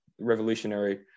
revolutionary